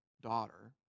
daughter